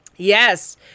Yes